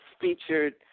featured